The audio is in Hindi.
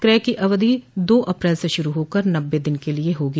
क्रय की अवधि दो अप्रैल से शुरू होकर नब्बे दिन के लिये होगी